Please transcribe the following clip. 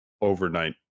overnight